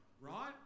right